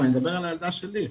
אבל אני מדבר על הילדה שלי.